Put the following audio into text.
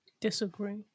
Disagree